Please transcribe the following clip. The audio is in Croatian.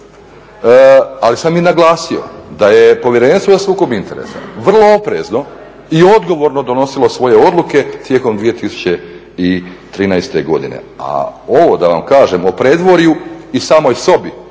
Ali sam i naglasio da je Povjerenstvo za sukob interesa vrlo oprezno i odgovorno donosilo svoje odluke tijekom 2013. godine. A ovo da vam kažem o predvorju i samoj sobi